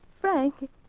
Frank